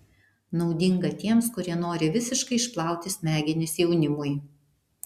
naudinga tiems kurie nori visiškai išplauti smegenis jaunimui